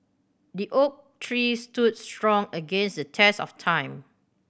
the oak tree stood strong against the test of time